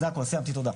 זה הכול, סיימתי, תודה.